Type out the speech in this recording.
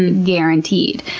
and guaranteed.